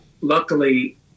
luckily